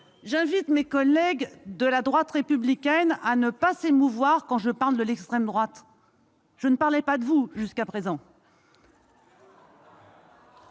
J'invite mes collègues de la droite républicaine à ne pas s'émouvoir quand je parle de l'extrême droite. Je ne parlais pas de vous jusqu'à présent,